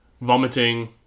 Vomiting